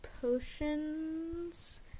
potions